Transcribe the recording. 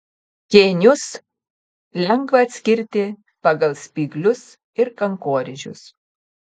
kėnius lengva atskirti pagal spyglius ir kankorėžius